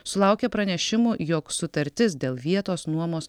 sulaukė pranešimų jog sutartis dėl vietos nuomos